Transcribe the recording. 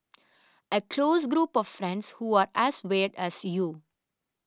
a close group of friends who are as weird as you